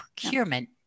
procurement